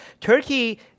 Turkey